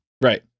Right